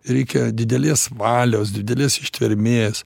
reikia didelės valios didelės ištvermės